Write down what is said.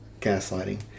gaslighting